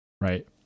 Right